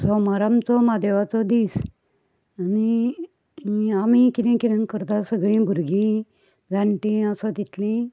सोमार आमचो म्हादेवाचो दीस आनी आमी कितें करतात सगलीं भुरगीं जाणटीं आसा तितलींय